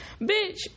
Bitch